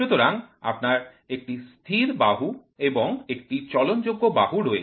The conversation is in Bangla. সুতরাং আপনার একটি স্থির বাহু এবং একটি চলনযোগ্য বাহু রয়েছে